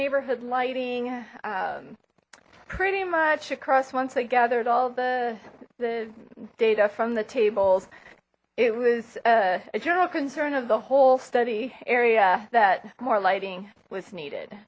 neighborhood lighting pretty much across once i gathered all the data from the tables it was a general concern of the whole study area that more lighting was needed